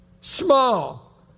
Small